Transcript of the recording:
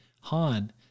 Han